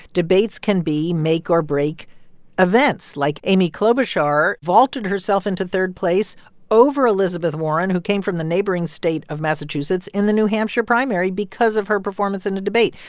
debates can be make-or-break events like amy klobuchar vaulted herself into third place over elizabeth warren, who came from the neighboring state of massachusetts, in the new hampshire primary because of her performance in the debate.